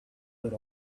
that